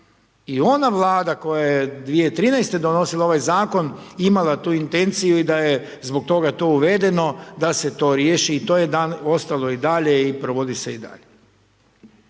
i ona Vlada koja je 2013.-te donosila ovaj Zakon imala tu intenciju i da je zbog toga to uvedeno da se to riješi i to je ostalo dalje i provodi se i dalje.